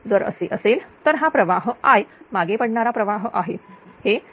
जर असे असेल तर हा प्रवाह I मागे पडणारा प्रवाह आहे